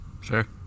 Sure